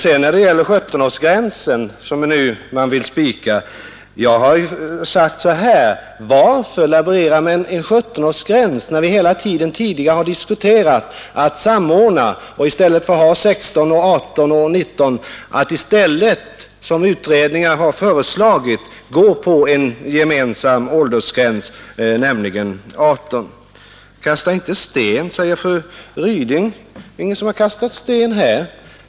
När det gäller 17-årsgränsen som man vill spika har jag sagt: Varför laborera med en 17-årsgräns när vi hela tiden tidigare har diskuterat en samordning — att i stället för 16, 18 och 19 år gå på en gemensam åldersgräns, nämligen 18 år som pensionsförsäkringskommittén har föreslagit? Kasta inte sten, säger fru Ryding. Det är ingen som har kastat sten här.